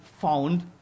Found